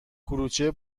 کلوچه